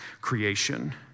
creation